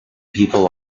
people